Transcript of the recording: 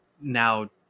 Now